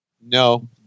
No